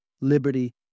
liberty